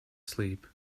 sleep